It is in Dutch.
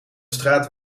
straat